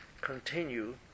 continue